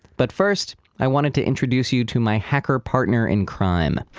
but first, i wanted to introduce you to my hacker partner-in-crime,